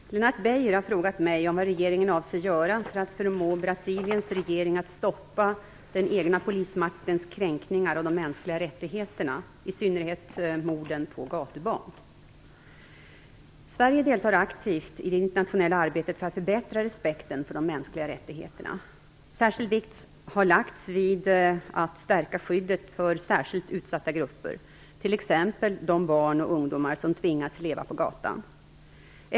Fru talman! Lennart Beijer har frågat mig vad regeringen avser göra för att förmå Brasiliens regering att stoppa den egna polismaktens kränkningar av de mänskliga rättigheterna, i synnerhet morden på gatubarn. Sverige deltar aktivt i det internationella arbetet för att förbättra respekten för de mänskliga rättigheterna. Särskild vikt har lagts vid att stärka skyddet för särskilt utsatta grupper, t.ex. de barn och ungdomar som tvingas leva på gatan.